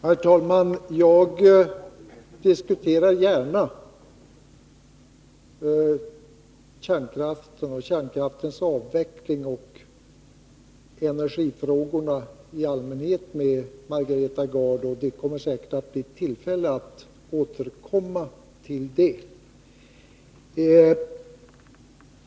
Herr talman! Jag diskuterar gärna kärnkraften, kärnkraftens avveckling och energifrågorna i allmänhet med Margareta Gard, och det kommer säkert att bli tillfälle att återkomma till det.